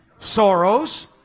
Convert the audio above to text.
sorrows